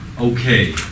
Okay